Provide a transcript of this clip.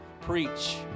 preach